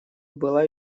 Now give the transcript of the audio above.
была